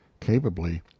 capably